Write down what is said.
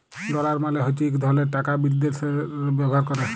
dollar মালে হছে ইক ধরলের টাকা বিদ্যাশেল্লে ব্যাভার ক্যরে